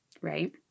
Right